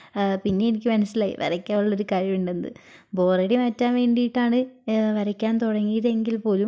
പിന്നെ എനിക്ക് മനസിലായി വരക്കാനുള്ളോരു കഴിവുണ്ടെന്ന് ബോറടി മാറ്റാൻ വേണ്ടിട്ടാണ് വരക്കാൻ തുടങ്ങിയത് എങ്കിൽപ്പോലും